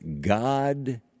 God